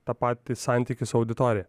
tą patį santykį su auditorija